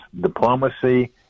diplomacy